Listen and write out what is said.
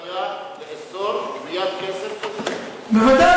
עד אז, אדוני,